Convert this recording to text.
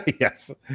Yes